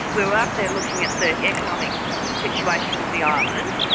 we were up there looking at the economic situation of the island,